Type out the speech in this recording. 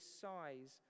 size